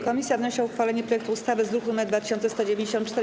Komisja wnosi o uchwalenie projektu ustawy z druku nr 2194.